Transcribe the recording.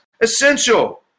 essential